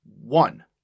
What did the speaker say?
One